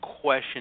question